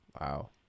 Wow